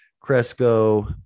Cresco